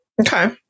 Okay